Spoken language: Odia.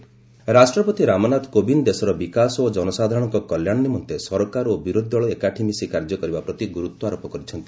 ପ୍ରେଜ୍ ଆଡ୍ରେସ୍ ରାଷ୍ଟ୍ରପତି ରାମନାଥ କୋବିନ୍ଦ ଦେଶର ବିକାଶ ଓ ଜନସାଧାରଣଙ୍କ କଲ୍ୟାଣ ନିମେନ୍ତ ସରକାର ଓ ବିରୋଧ ଦଳ ଏକାଠି ମିଶି କାର୍ଯ୍ୟ କରିବା ପ୍ରତି ଗୁରୁତ୍ୱ ଆରୋପ କରିଛନ୍ତି